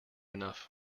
enough